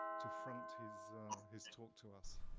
to front his his talk to us.